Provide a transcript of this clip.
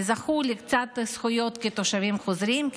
זכו לקצת זכויות כתושבים חוזרים,